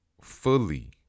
fully